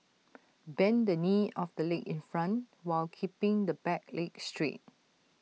bend the knee of the leg in front while keeping the back leg straight